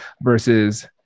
versus